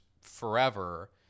forever